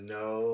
no